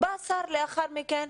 בא שר לאחר מכן,